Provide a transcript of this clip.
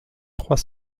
trois